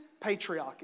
patriarchy